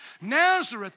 Nazareth